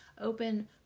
open